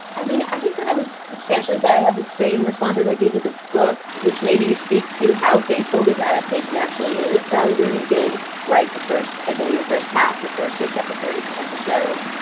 i mean, i think that i would substantially say i have the same response as i do to the book, which maybe speaks to how faithful this adaptation actually is. sally rooney did write the first, i believe the first half, the first six episodes of the show.